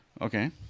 Okay